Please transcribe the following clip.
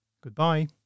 Goodbye